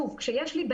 אם הנהג הוא שלי,